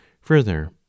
Further